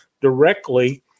directly